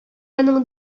аның